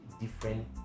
different